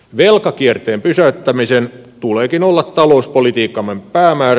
velkakierteen pysäyttämisen tuleekin olla talouspolitiikkamme päämäärä